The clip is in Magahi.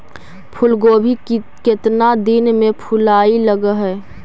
फुलगोभी केतना दिन में फुलाइ लग है?